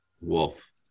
Wolf